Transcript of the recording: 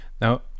now